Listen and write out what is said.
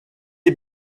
est